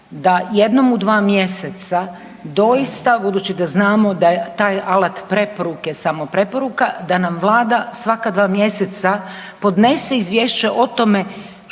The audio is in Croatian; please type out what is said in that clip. da jednom u dva mjeseca, budući da znamo da je taj alat preporuke samo preporuka, da nam Vlada svaka dva mjeseca podnese izvješće o tome